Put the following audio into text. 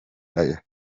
agisha